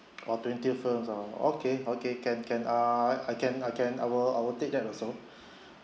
oh twenty films ah okay okay can can err I can I can I will I'll take that also